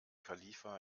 khalifa